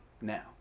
now